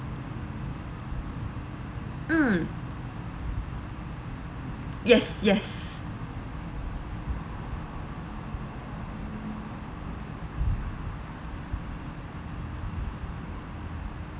mm yes yes